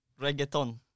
Reggaeton